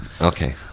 Okay